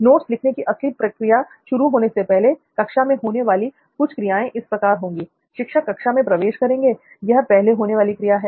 notes लिखने की असली प्रक्रिया शुरू होने से पहले कक्षा में होने वाली कुछ क्रियाएं इस प्रकार होंगी शिक्षक कक्षा में प्रवेश करेंगे यह पहले होने वाली क्रिया है